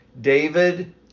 david